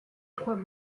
trois